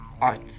Art